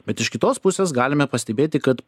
bet iš kitos pusės galime pastebėti kad